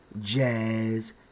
jazz